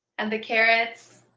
and the carrots,